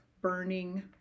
burning